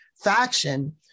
faction